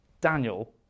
Daniel